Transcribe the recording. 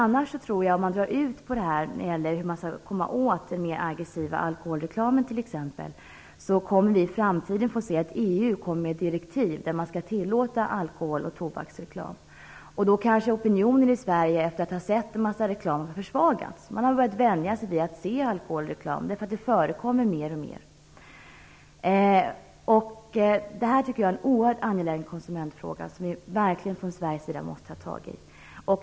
Om man i stället drar ut på behandlingen av frågan om hur man skall komma åt t.ex. den aggressiva alkoholreklamen kommer vi i framtiden att få se EU komma med direktiv om att man skall tillåta alkoholoch tobaksreklam. Då kanske opinionen i Sverige har försvagats efter att vi har sett en massa alkohol och tobaksreklam. Vi har börjat vänja oss vid att se alkoholreklam därför att den förekommer oftare och oftare. Detta är en oerhört angelägen konsumentfråga som vi verkligen från Sveriges sida måste ta tag i.